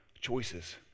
choices